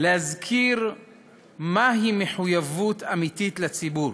להזכיר מהי מחויבות אמיתית לציבור,